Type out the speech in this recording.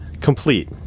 Complete